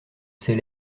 ses